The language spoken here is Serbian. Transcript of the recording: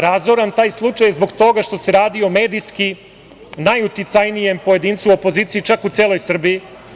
Razoran je taj slučaj zbog toga što se radi o medijski najuticajnijem pojedincu opozicije, čak u celoj Srbiji.